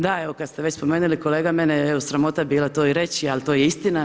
Da, evo kad ste već spomenuli kolega, mene je evo sramota bila to i reći, ali to je istina.